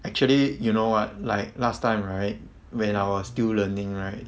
actually you know what like last time right when I was still learning right